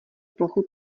plochu